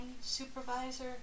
supervisor